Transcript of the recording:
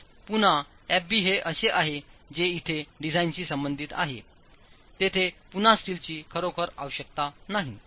म्हणूनच पुन्हा Fb हे असे आहे जे येथे डिझाइनशी संबंधित आहे तेथे पुन्हा स्टीलची खरोखर आवश्यकता नाही